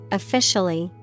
officially